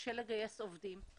קשה לגייס עובדים.